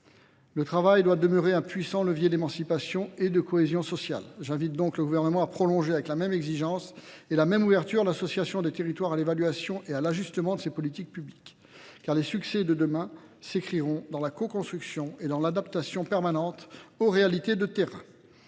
Le travail doit demeurer un puissant levier d'émancipation et de cohésion sociale. J'invite donc le gouvernement à prolonger avec la même exigence et la même ouverture l'association des territoires à l'évaluation et à l'ajustement de ces politiques publiques. Car les succès de demain s'écriront dans la co-construction et dans l'adaptation permanente aux réalités de terrain.